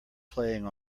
playing